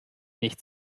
nicht